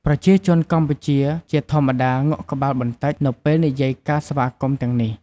ប្រជាជនកម្ពុជា ជាធម្មតា ងក់ក្បាលបន្តិចនៅពេលនិយាយការស្វាគមន៍ទាំងនេះ។